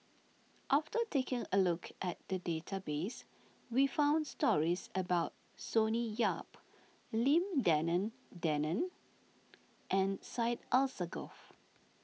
after taking a look at the database we found stories about Sonny Yap Lim Denan Denon and Syed Alsagoff